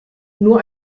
nur